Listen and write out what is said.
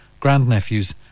grandnephews